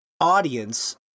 audience